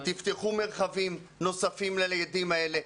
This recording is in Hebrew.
תפתחו מרחבים נוספים לילדים האלה,